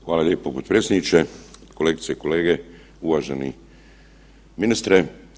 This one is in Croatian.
Hvala lijepo potpredsjedniče, kolegice i kolege, uvaženi ministre.